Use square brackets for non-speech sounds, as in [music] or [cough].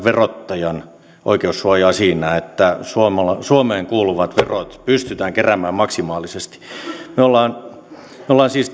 [unintelligible] verottajan oikeussuojaa siinä että suomeen kuuluvat verot pystytään keräämään maksimaalisesti me olemme siis [unintelligible]